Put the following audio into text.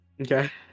Okay